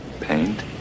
Paint